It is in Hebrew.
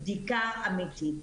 בדיקה אמיתית'.